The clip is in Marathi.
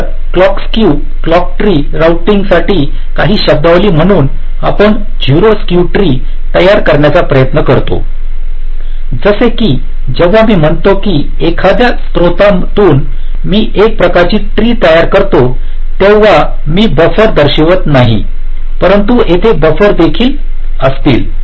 तर clock skew clock tree routing साठी काही शब्दावली म्हणून आपण 0 स्क्यू ट्री तयार करण्याचा प्रयत्न करतो जसे की जेव्हा मी म्हणतो की एखाद्या स्रोतातून मी एक प्रकारचे ट्री तयार करतो तेव्हा मी बफर दर्शवित नाहीपरंतु येथे बफर देखील असतील